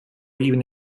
even